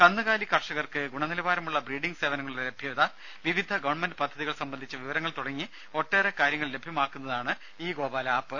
കന്നുകാലി കർഷകർക്ക് ഗുണനിലവാരമുള്ള ബ്രീഡിങ് സേവനങ്ങളുടെ ലഭ്യത വിവിധ ഗവൺമെന്റ് പദ്ധതികൾ സംബന്ധിച്ച വിവരങ്ങൾ തുടങ്ങി ഒട്ടേറെ കാര്യങ്ങൾലഭ്യമാക്കുന്നതാണ് ഇ ഗോപാല ആപ്പ്